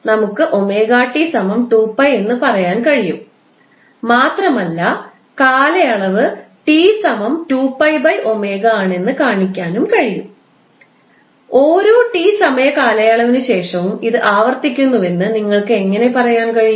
നമുക്ക് 𝜔𝑇 2𝜋 എന്ന് പറയാൻ കഴിയും മാത്രമല്ല കാലയളവ് 𝑇 2𝜋𝜔 ആണെന്ന് കാണിക്കാൻ കഴിയും ഓരോ ടി സമയ കാലയളവിനുശേഷവും ഇത് ആവർത്തിക്കുന്നുവെന്ന് നിങ്ങൾക്ക് എങ്ങനെ പറയാൻ കഴിയും